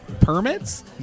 permits